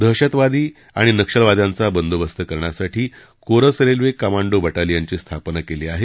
दहशतवादी आणि नक्षलवाद्यांचा बंदोबस्त करण्यासाठी कोरस रेल्वे कमांडो बटालियनची स्थापना केली आहे